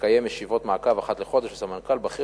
מקיים ישיבות מעקב אחת לחודש וסמנכ"ל בכיר